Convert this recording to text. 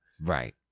Right